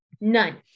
None